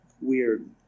weird